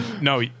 No